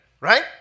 right